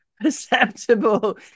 perceptible